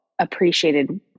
appreciated